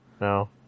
No